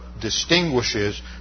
distinguishes